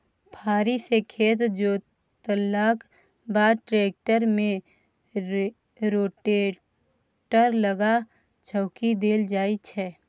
फारी सँ खेत जोतलाक बाद टेक्टर मे रोटेटर लगा चौकी देल जाइ छै